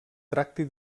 tracti